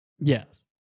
Yes